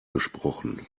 gesprochen